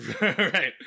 Right